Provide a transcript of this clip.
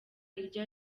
iryo